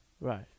Right